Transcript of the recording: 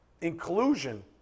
inclusion